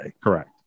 Correct